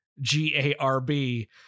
G-A-R-B